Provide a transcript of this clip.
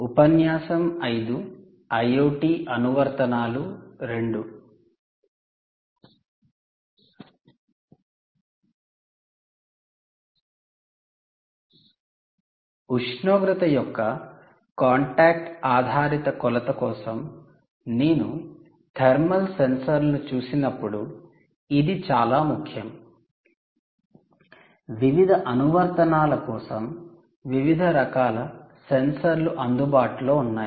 ఉష్ణోగ్రత యొక్క కాంటాక్ట్ ఆధారిత కొలత కోసం నేను థర్మల్ సెన్సార్లను చూసినప్పుడు ఇది చాలా ముఖ్యం వివిధ అనువర్తనాల కోసం వివిధ రకాల సెన్సార్లు అందుబాటులో ఉన్నాయి